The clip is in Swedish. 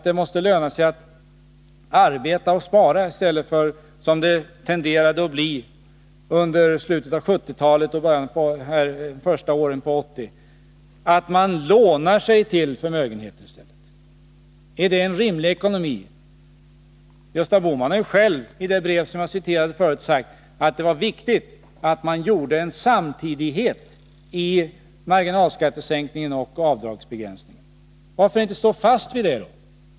Det måste löna sig att arbeta och spara i stället för att, som tendensen varit i slutet på 1970-talet och början på 1980-talet, låna sig till förmögenheter. Är det en rimlig ekonomi? Gösta Bohman har ju själv, i det brev som jag citerade här tidigare, sagt att det var viktigt att få en samtidighet i marginalskattesänkningen och avdragsbegränsningen. Varför inte stå fast vid det?